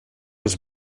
was